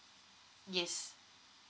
yes